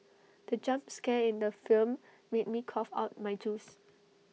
the jump scare in the film made me cough out my juice